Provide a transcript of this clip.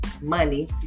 money